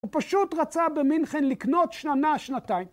הוא פשוט רצה במינכן לקנות שנה, שנתיים